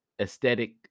aesthetic